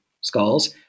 skulls